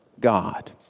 God